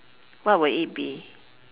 what would it be